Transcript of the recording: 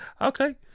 Okay